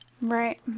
Right